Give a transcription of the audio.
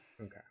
Okay